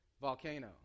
volcano